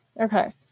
Okay